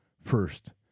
First